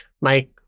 Mike